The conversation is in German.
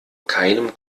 keinem